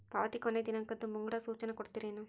ಪಾವತಿ ಕೊನೆ ದಿನಾಂಕದ್ದು ಮುಂಗಡ ಸೂಚನಾ ಕೊಡ್ತೇರೇನು?